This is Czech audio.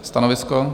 Stanovisko?